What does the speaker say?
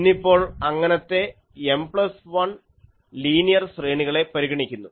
ഇന്നിപ്പോൾ അങ്ങനത്തെ M plus 1 linear ശ്രേണികളെ പരിഗണിക്കുന്നു